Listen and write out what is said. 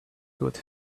could